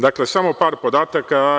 Dakle, samo par podataka.